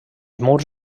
murs